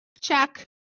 Check